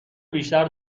بیشتر